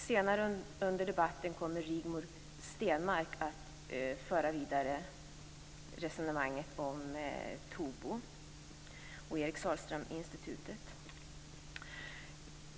Senare under debatten kommer Rigmor Stenmark att föra resonemanget vidare om Tobo och Eric Sahlströminstitutet.